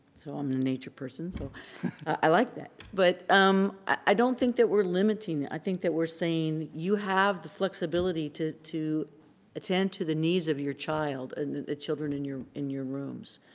so i'm a nature person, so i like that. but um i don't think that we're limiting. i think that we're saying you have the flexibility to to attend to the needs of your child and the children in your in your rooms.